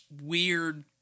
weird